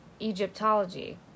Egyptology